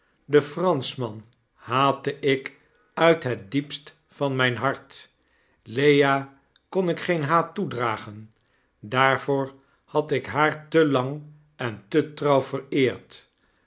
den franschman haatte ik uit het diepst van mjjn hart lea kon ik geen haat toedragen daarvoor had ik haar te lang en tetrouw vereerd